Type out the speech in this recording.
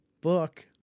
book